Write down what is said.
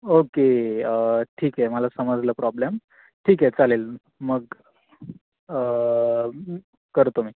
okay ठीक आहे मला समजलं प्रॉब्लम ठीक आहे चालेल मग करतो मी